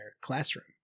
classroom